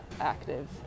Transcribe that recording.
active